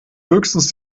höchstens